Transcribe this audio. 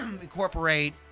incorporate